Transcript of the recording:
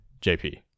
JP